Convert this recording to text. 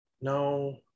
No